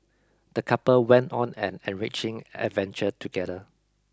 the couple went on an enriching adventure together